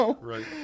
right